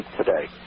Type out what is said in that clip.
today